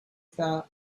that